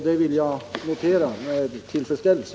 Det vill jag notera med tillfredsställelse.